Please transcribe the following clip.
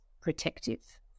protective